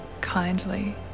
kindly